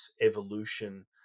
evolution